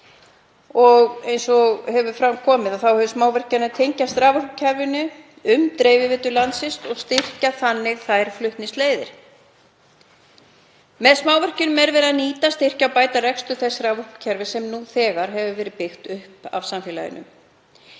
Eins og hefur fram komið þá munu smávirkjanir tengjast raforkukerfinu um dreifiveitur landsins og styrkja þannig þær flutningsleiðir. Með smávirkjunum er verið að nýta, styrkja og bæta rekstur þess raforkukerfis sem nú þegar hefur verið byggt upp af samfélaginu.